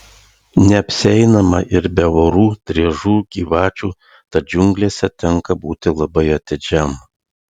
neapsieinama ir be vorų driežų gyvačių tad džiunglėse tenka būti labai atidžiam